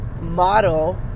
model